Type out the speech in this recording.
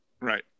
Right